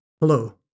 Hello